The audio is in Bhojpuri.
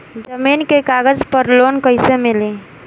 जमीन के कागज पर लोन कइसे मिली?